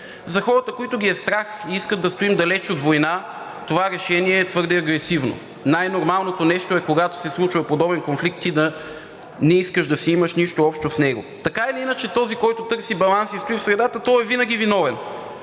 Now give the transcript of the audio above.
За хората, които ги е страх и искат да стоим далеч от война, това решение е твърде агресивно. Най-нормалното нещо е, когато се случва подобен конфликт, ти да не искаш да имаш нищо общо с него. Така или иначе този, който търси баланс и стои в средата, той е винаги виновен.